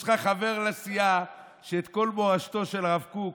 יש לך חבר לסיעה שאת כל מורשתו של הרב קוק